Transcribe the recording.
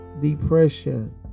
Depression